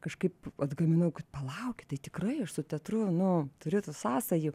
kažkaip atgaminau kad palaukit tai tikrai aš su teatru nu turiu tų sąsajų